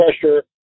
pressure